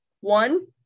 One